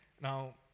Now